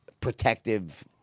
protective